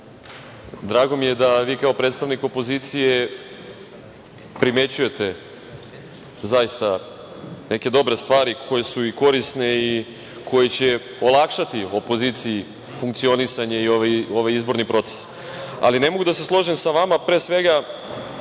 Drago mi je da vi kao predstavnik opozicije primećujete zaista neke dobre stvari koje su i korisne i koje će olakšati opoziciji funkcionisanje i ovaj izborni proces. Ne mogu da se složim sa vama, pre svega